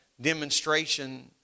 demonstration